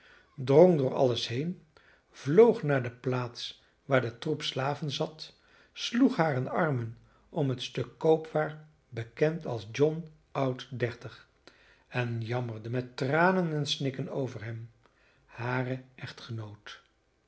drong door alles heen vloog naar de plaats waar de troep slaven zat sloeg hare armen om het stuk koopwaar bekend als john oud dertig en jammerde met tranen en snikken over hem haren echtgenoot